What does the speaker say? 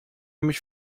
mich